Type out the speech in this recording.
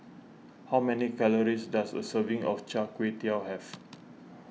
how many calories does a serving of Char Kway Teow have